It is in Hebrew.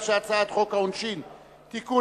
הצעת חוק העונשין (תיקון,